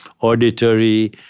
auditory